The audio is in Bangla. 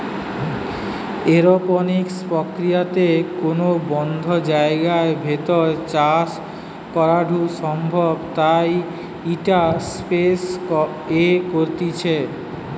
এরওপনিক্স প্রক্রিয়াতে কোনো বদ্ধ জায়গার ভেতর চাষ করাঢু সম্ভব তাই ইটা স্পেস এ করতিছে